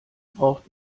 braucht